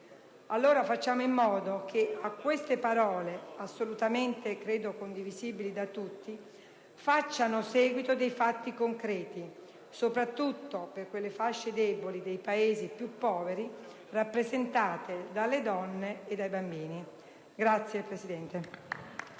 Allora, facciamo in modo che a queste parole, assolutamente condivisibili da tutti, facciano seguito fatti concreti, soprattutto per quelle fasce deboli dei Paesi più poveri rappresentate dalle donne e dai bambini. *(Applausi